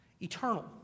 Eternal